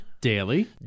Daily